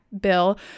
bill